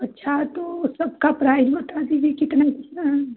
अच्छा तो सबका प्राइस बता दीजिए कितना कितना है